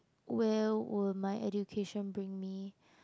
where will my education bring me